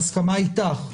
בהסכמה אתך,